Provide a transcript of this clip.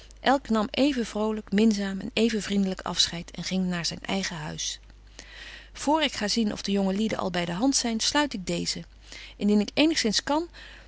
elk nam even vrolyk minzaam en even vriendlyk afscheid en ging naar zyn eigen huis vr ik ga zien of de jonge lieden al by de hand zyn sluit ik deezen indien ik eènigzins kan